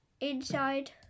inside